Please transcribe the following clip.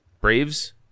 Braves